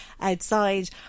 outside